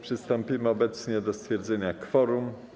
Przystąpimy obecnie do stwierdzenia kworum.